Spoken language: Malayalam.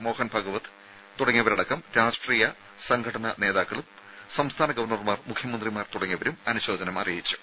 മോഹൻ ഭഗവത് അടക്കം രാഷ്ട്രീയ സംഘടനാ നേതാക്കളും സംസ്ഥാന ഗവർണർമാർ മുഖ്യമന്ത്രിമാർ തുടങ്ങിയവരും അനുശോചനം അറിയിച്ചു